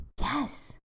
Yes